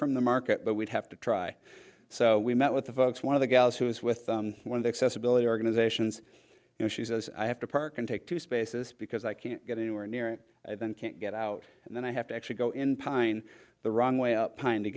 from the market but we'd have to try so we met with the folks one of the gals who is with one of the accessibility organizations and she says i have to park and take two spaces because i can't get anywhere near them can't get out and then i have to actually go in pine the wrong way up pine to